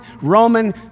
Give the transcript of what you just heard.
Roman